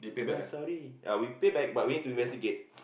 we are sorry ah we pay back but we need to investigate